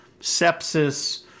sepsis